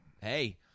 hey